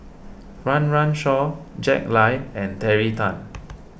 Run Run Shaw Jack Lai and Terry Tan